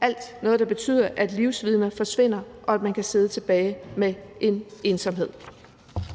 alt sammen noget, der betyder, at livsvidner forsvinder, og at man kan sidde tilbage med ensomhed.